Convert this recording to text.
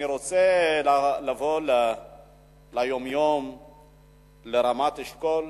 אני רוצה לעבור ליום-יום, לרמת-אשכול,